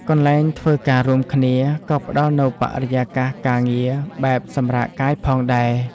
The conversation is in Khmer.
កន្លែងធ្វើការរួមគ្នា ក៏ផ្តល់នូវបរិយាកាសការងារបែបសម្រាកកាយផងដែរ។